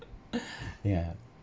ya